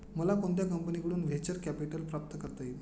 मला कोणत्या कंपनीकडून व्हेंचर कॅपिटल प्राप्त करता येईल?